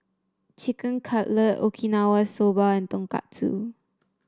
Chicken Cutlet Okinawa Soba and Tonkatsu